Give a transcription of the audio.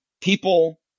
people